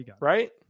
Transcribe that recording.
Right